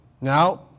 Now